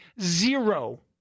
Zero